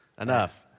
Enough